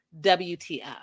WTF